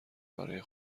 برا